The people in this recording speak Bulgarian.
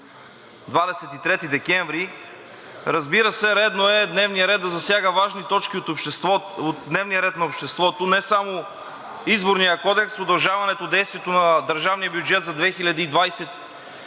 23 декември. Разбира се, редно е дневният ред да засяга важни точки от дневния ред на обществото – не само Изборния кодекс, удължаване действието на държавния бюджет за 2022 г. и